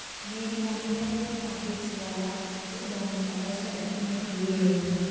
నేను నా కె.వై.సి ని అప్డేట్ సేయాలా? అయితే దానికి కావాల్సిన డాక్యుమెంట్లు ఏమేమీ?